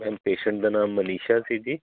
ma'am patient ਦਾ ਨਾਮ ਮਨੀਸ਼ਾ ਸੀ ਜੀ